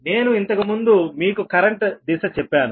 నేను ఇంతకుముందు మీకు కరెంట్ దిశ చెప్పాను